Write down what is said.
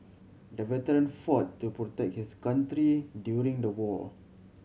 the veteran fought to protect his country during the war